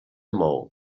maó